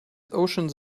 oceans